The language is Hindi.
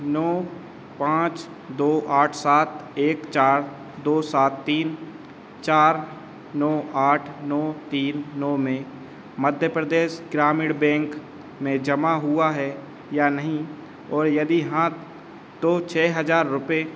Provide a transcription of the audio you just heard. नौ पाँच दो आठ सात एक चार दो सात तीन चार नौ आठ नौ तीन नौ में मध्य प्रदेश ग्रामीण बेंक में जमा हुआ है या नहीं और यदि हाँ तो छ हजार रुपये